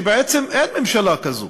שבעצם אין ממשלה כזאת,